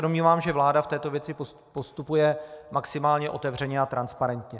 Domnívám se, že vláda v této věci postupuje maximálně otevřeně a transparentně.